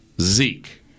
Zeke